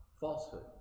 falsehood